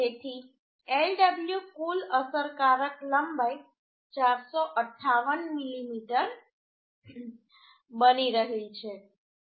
તેથી Lw કુલ અસરકારક લંબાઈ 458 મીમી બની રહી છે